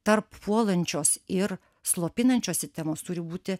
tarp puolančios ir slopinančios sistemos turi būti